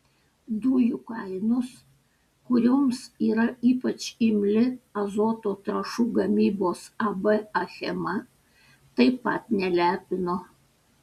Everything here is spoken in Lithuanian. dujų kainos kurioms yra ypač imli azoto trąšų gamybos ab achema taip pat nelepino